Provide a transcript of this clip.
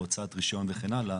בהוצאת רישיון וכן הלאה.